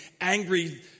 angry